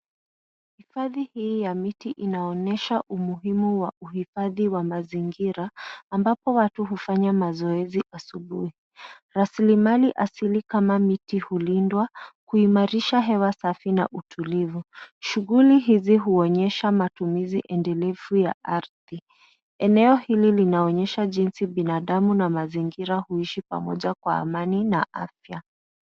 Hifadhi hii ya miti inaonyesha umuhimu wa uhifadhi wa mazingira ambapo watu hufanya mazoezi asubuhi. Rasilimali asili kama miti hulindwa kuimarisha hewa safi na utulivu. Shughuli hizi huonyesha matumizi endelevu ya ardhi. Eneo hili linaonyesha jinsi binadamu na mazingira huishi pamoja kwa amani na afya.